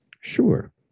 Sure